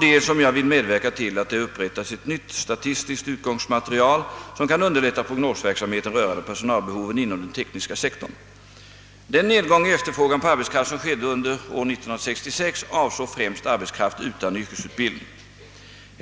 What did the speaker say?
dels ock om jag vill medverka till att det upprättas ett nytt statistiskt utgångsmaterial som kan underlätta prognosverksamheten rörande personalbehoven inom den tekniska sektorn. Den nedgång i efterfrågan på arbetskraft som skedde under år 1966 avsåg främst arbetskraft utan yrkesutbildning.